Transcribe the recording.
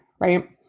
right